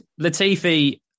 Latifi